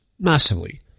massively